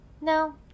No